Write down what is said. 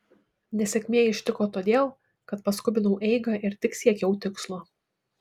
nesėkmė ištiko todėl kad paskubinau eigą ir tik siekiau tikslo